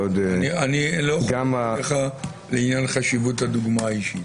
חולק עליך לעניין חשיבות הדוגמה האישית.